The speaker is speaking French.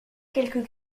quelque